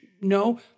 No